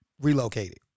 relocated